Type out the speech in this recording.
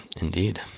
indeed